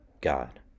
God